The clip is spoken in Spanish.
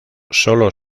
solo